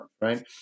right